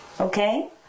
Okay